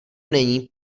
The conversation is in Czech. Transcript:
není